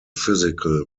physical